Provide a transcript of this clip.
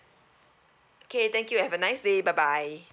okay thank you have a nice day bye bye